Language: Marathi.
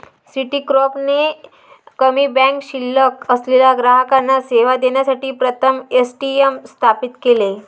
सिटीकॉर्प ने कमी बँक शिल्लक असलेल्या ग्राहकांना सेवा देण्यासाठी प्रथम ए.टी.एम स्थापित केले